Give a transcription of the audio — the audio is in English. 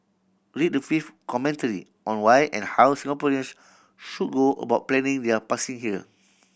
read the fifth commentary on why and how Singaporeans should go about planning their passing here